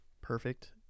perfect